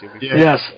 Yes